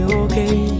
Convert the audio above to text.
okay